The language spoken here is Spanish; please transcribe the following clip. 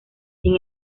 sin